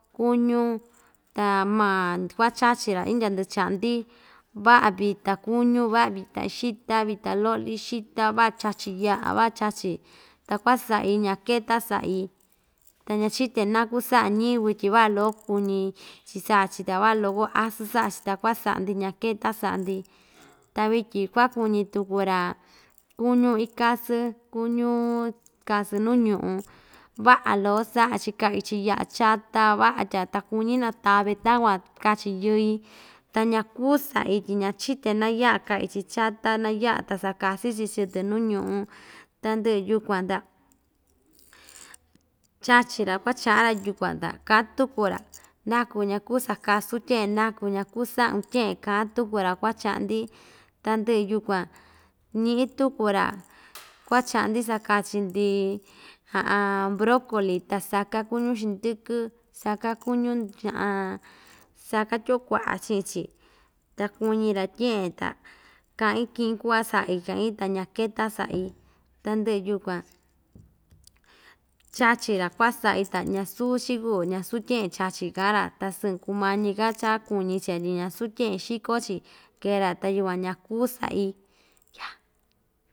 Kuñu ta maa ku'va chachi‑ra indya ndɨ'ɨ cha'an‑ndi va'a vita kuñú va'a vita xita vita lo'li xita va'a chachi ya'a va'a chachi ta ku'a sa'i ñaketa sa'i ta ñachite naku sa'a ñɨvɨ tyi va'a loko kuñi chi sa'a‑chi ta va'a loko asɨɨ sa'a‑chi ta ku'a sa'a‑ndi ñaketa sa'a‑ndi ta vityin ku'a kuñi tuku‑ra kuñú ikasɨɨ kuñu kasɨ nu ñu'u va'a loko sa'a‑chi ka'yɨ‑chi ya'a chata va'a tya ta kuñi natave takuan kachi yɨɨ‑i ta ñaku sa'i tyi ñachite na ya'a ka'yɨ‑chi chata na ya'a ta sakasi‑chi chii‑tɨ nu ñu'u tandɨ'ɨ yukuan ta chachi‑ra ku'a cha'an‑ra yukuan ta ka'an tuku‑ra naku ñaku sakasun tye'en naku ñaku sa'un tye'en ka'an tuku‑ra ku'va cha'an‑ndi tandɨ'ɨ yukuan ñi'i tuku‑ra ku'a cha'an‑ndi sakachi‑ndi brocoli ta saká kuñu xindɨkɨ saká kuñu saka tyoo kua'a chi'in‑chi ta kuñi‑ra tye'en ta ka'in ki'in ku'va sa'i ka'in ta ñaketa sa'i tandɨ'ɨ yukuan chachi‑ra ku'a sa'i ta ñasu‑chi kuu ñasu tye'en chachi ka'an‑ra ta sɨɨn kumañi‑ka cha kuñi‑chi ya tyi ñasu tye'en xiko‑chi kee‑ra ta yukuan ñakuu sa'i yaa.